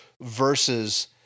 versus